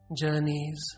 journeys